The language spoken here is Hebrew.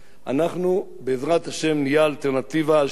אנחנו, בעזרת השם, נהיה האלטרנטיבה השלטונית,